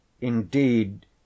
Indeed